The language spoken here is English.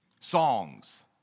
Songs